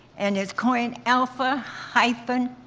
and it's coined alpha, hyphen,